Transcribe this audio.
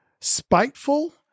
spiteful